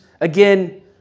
again